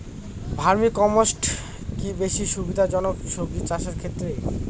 Vermi compost কি বেশী সুবিধা জনক সবজি চাষের ক্ষেত্রে?